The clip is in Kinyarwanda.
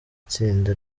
itsinda